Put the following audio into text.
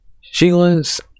Sheila's